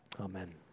Amen